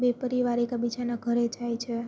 બે પરિવાર એકાબીજાનાં ઘરે જાય છે